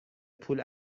پول